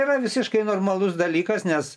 yra visiškai normalus dalykas nes